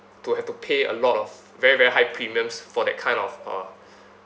to have to pay a lot of very very high premiums for that kind of uh